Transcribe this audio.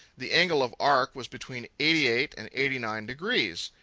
the angle of arc was between eighty-eight and eighty-nine degrees.